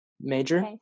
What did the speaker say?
major